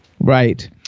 Right